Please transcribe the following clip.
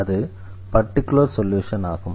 அது particular solution ஆகும்